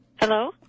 Hello